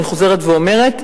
אני חוזרת ואומרת,